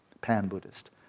pan-Buddhist